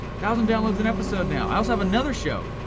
thousand downloads an episode now. i also have another show.